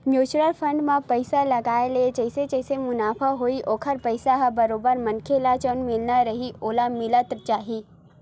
mutual fund म पइसा लगाय ले जइसे जइसे मुनाफ होही ओखर पइसा ह बरोबर मनखे ल जउन मिलना रइही ओहा मिलत जाही